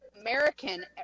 American